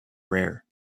rare